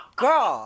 girl